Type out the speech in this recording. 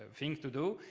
thing to do.